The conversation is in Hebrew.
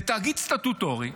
זה תאגיד סטטוטורי,